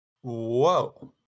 Whoa